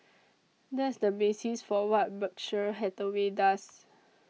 that's the basis for what Berkshire Hathaway does